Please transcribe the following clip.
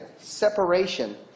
separation